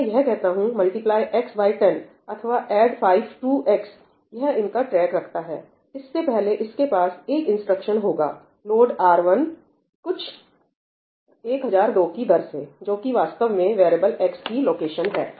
जब मैं यह कहता हूं मल्टीप्लाई x बाय 10 अथवा ऐड 5 टू x यह इनका ट्रैक रखता है इससे पहले इसके पास एक इंस्ट्रक्शन होगा लोड R1 कुछ 1002 की दर से जो कि वास्तव में वेरिएबल x की लोकेशन है